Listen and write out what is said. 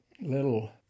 little